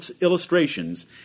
illustrations